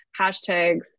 hashtags